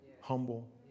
Humble